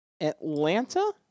Atlanta